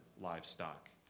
livestock